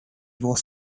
was